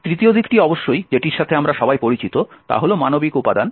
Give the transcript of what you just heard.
তৃতীয় দিকটি অবশ্যই যেটির সাথে আমরা সবাই পরিচিত তা হল মানবিক উপাদান